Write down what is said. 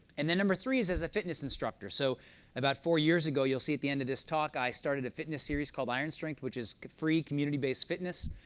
and then number three is as a fitness instructor. so about four years ago, you'll see at the end of this talk, i started a fitness series called iron strength, which is free, community-based fitness.